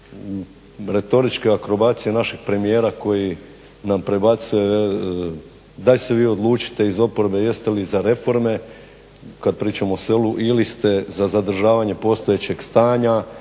retoričke akrobacije našeg premijera koji nam prebacuje, daj se vi odlučite iz oporbe jeste li za reforme, kad pričamo o selu, ili ste za zadržavanje postojećeg stanja